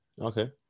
Okay